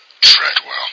Treadwell